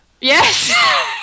Yes